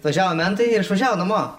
važiavo mentai išvažiavo namo